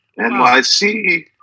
NYC